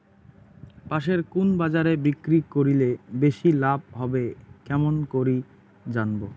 পাশের কুন বাজারে বিক্রি করিলে বেশি লাভ হবে কেমন করি জানবো?